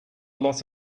loss